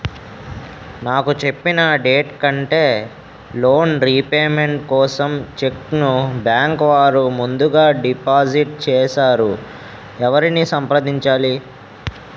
నాకు చెప్పిన డేట్ కంటే లోన్ రీపేమెంట్ కోసం చెక్ ను బ్యాంకు వారు ముందుగా డిపాజిట్ చేసారు ఎవరిని సంప్రదించాలి?